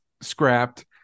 scrapped